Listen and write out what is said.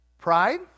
pride